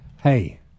hey